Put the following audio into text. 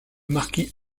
marquis